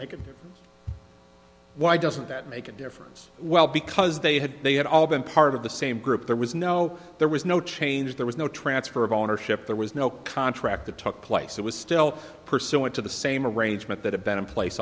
it why doesn't that make a difference well because they had they had all been part of the same group there was no there was no change there was no transfer of ownership there was no contract that took place it was still pursuant to the same arrangement that had been in place